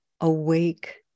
awake